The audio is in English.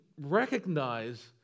recognize